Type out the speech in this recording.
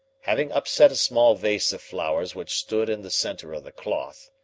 having upset a small vase of flowers which stood in the centre of the cloth,